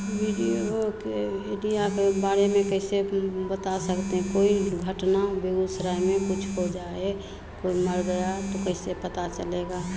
के के बारे में कैसे बता सकती कोई घटना बेगुसराई में कुछ हो जाए कोई मर गया तो कैसे पता चलेगा